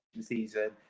season